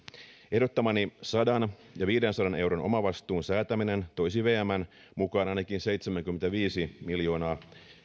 ehdottamani sata ja viidensadan euron omavastuun säätäminen toisi vmn mukaan ainakin seitsemänkymmentäviisi miljoonaa